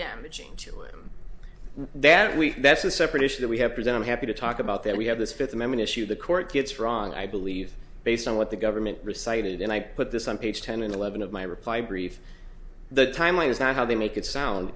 damaging choice that we that's a separate issue that we have present happy to talk about that we have this fifth amendment issue the court gets wrong i believe based on what the government recited and i put this on page ten and eleven of my reply brief the time line is not how they make it sound